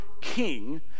king